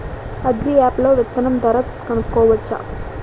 Agri app లో విత్తనం ధర కనుకోవచ్చా?